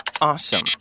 awesome